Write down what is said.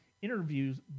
Interviews